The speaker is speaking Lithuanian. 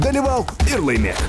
dalyvauk ir laimėk